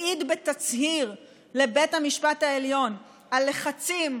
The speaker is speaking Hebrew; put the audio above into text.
מעיד בתצהיר לבית המשפט העליון על לחצים,